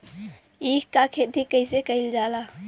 ईख क खेती कइसे कइल जाला?